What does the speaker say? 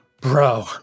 bro